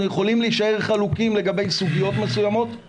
אנחנו יכולים להישאר חלוקים לגבי סוגיות מסוימות אבל